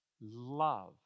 Love